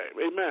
Amen